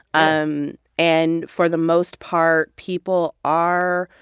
um and for the most part, people are,